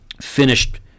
finished